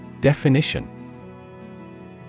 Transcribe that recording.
Definition